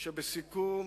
שבסיכום